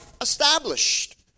established